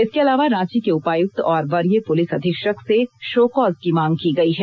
इसके अलावा रांची के उपायुक्त और वरीय पुलिस अधीक्षक से शो कॉज की मांग की गई है